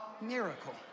miracle